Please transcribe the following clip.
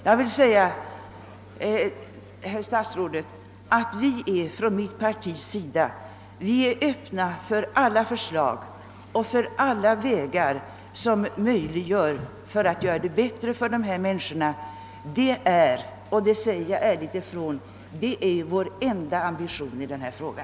Jag vill säga herr statsrådet att vi inom vårt parti är öppna för alla förslag och alla vägar som skulle kunna medföra ekonomiska förbättringar för de människor det här är fråga om. Detta är, det vill jag ärligt säga ifrån, vår enda ambition i denna fråga.